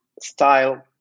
style